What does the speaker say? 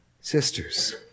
sisters